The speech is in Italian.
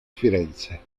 firenze